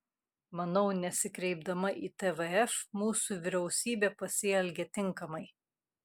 manau nesikreipdama į tvf mūsų vyriausybė pasielgė tinkamai